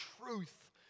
truth